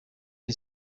the